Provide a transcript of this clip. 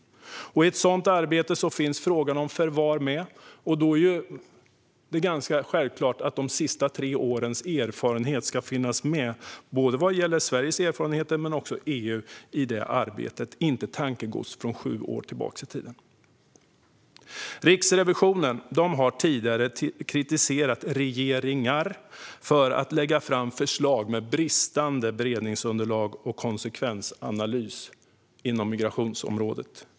I ett sådant arbete kommer frågan om förvar att finnas med, och då är det ganska självklart att de senaste tre årens erfarenheter, både Sveriges och EU:s erfarenheter, ska finnas med i arbetet, inte tankegods från sju år tillbaka i tiden. Riksrevisionen har tidigare kritiserat regeringar för att lägga fram förslag med bristande beredningsunderlag och konsekvensanalys inom migrationsområdet.